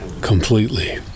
completely